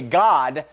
god